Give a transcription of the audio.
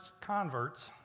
converts